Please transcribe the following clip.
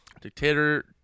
Dictator